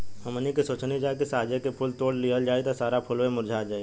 हमनी के सोचनी जा की साझे के फूल तोड़ लिहल जाइ त सारा फुलवे मुरझा जाइ